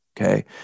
Okay